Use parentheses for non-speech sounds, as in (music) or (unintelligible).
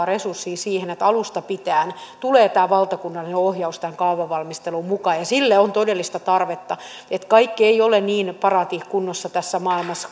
(unintelligible) resurssia siihen että alusta pitäen tulee tämä valtakunnallinen ohjaus tähän kaavavalmisteluun mukaan sille on todellista tarvetta kaikki ei ole niin paraatikunnossa tässä maailmassa (unintelligible)